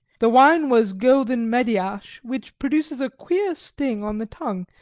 the wine was golden mediasch, which produces a queer sting on the tongue,